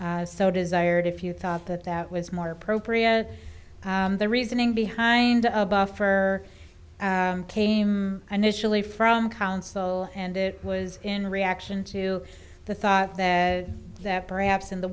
you so desired if you thought that that was more appropriate the reasoning behind a buffer came an initially from council and it was in reaction to the thought that that perhaps in the